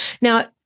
Now